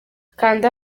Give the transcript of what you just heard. kanda